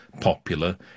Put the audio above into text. popular